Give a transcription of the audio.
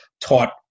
taught